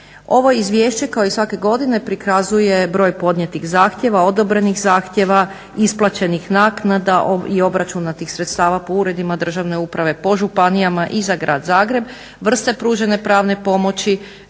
Ovo izvješće kao i svake godine prikazuje broj podnijetih zahtjeva, odobrenih zahtjeva, isplaćenih naknada i obračuna tih sredstava po uredima državne uprave, po županijama i za grad Zagreb, vrste pružene pravne pomoći,